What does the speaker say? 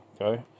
okay